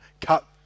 cut